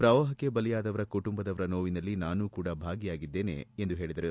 ಪ್ರವಾಹಕ್ಕೆ ಬಲಿಯಾದವರ ಕುಟುಂಬದವರ ನೋವಿನಲ್ಲಿ ನಾನು ಭಾಗಿಯಾಗಿದ್ದೇನೆ ಎಂದು ಹೇಳಿದರು